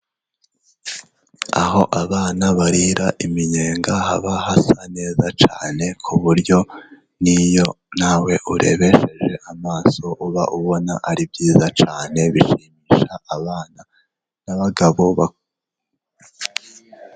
Aho abana barira iminyenga haba hasa neza cyane, ku buryo n'iyo nawe urebesheje amaso uba ubona ari byiza cyane bishimisha abana, n'abagabo barabikunda.